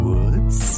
Woods